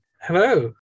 Hello